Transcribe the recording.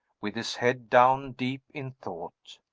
with his head down, deep in thought.